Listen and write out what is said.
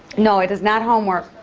no. it is not homework.